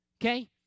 Okay